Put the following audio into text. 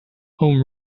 home